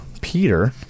Peter